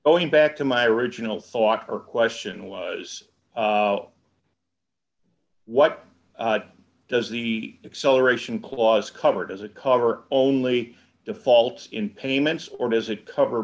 going back to my original thought or question was what does the acceleration clause covered as a cover only default in payments or does it cover